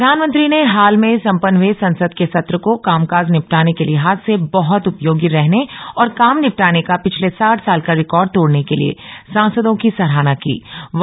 प्रधानमंत्री ने हाल में संपन्न हुए संसद के सत्र को काम काज निपटाने के लिहाज से बहुत उपयोगी रहने और काम निपटाने का पिछले साठ साल का रिकॉर्ड तोड़ने के लिए सांसदों की सराहना कीं